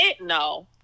no